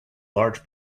large